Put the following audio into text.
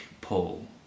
Paul